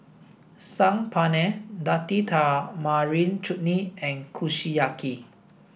Saag Paneer Date Tamarind Chutney and Kushiyaki